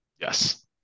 Yes